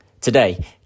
Today